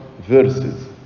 verses